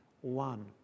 one